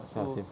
ah same